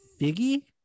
Figgy